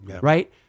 right